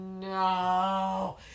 No